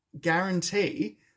guarantee